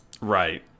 right